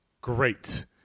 great